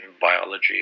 biology